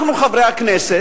אנחנו, חברי הכנסת,